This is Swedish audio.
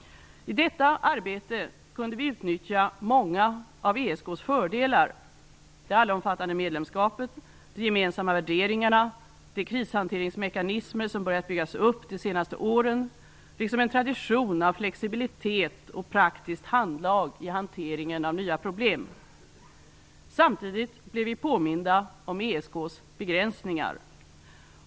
I detta arbete kunde vi utnyttja många av ESK:s fördelar: det allomfattande medlemskapet, de gemensamma värderingarna, de krishanteringsmekanismer som börjat byggas upp de senaste åren liksom en tradition av flexibilitet och praktiskt handlag i hanteringen av nya problem. Samtidigt blev vi påminda om ESK:s begränsningar.